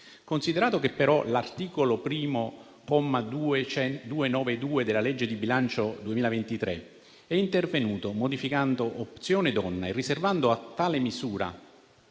Considerato che, però, l'articolo 1, comma 292, della legge di bilancio 2023 è intervenuto modificando Opzione donna e riservando a tale misura